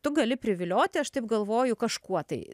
tu gali privilioti aš taip galvoju kažkuo tai